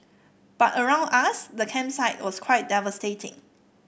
but around us the campsite was quite devastating